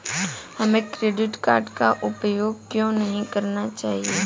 हमें credit card का उपयोग क्यों नहीं करना चाहिए?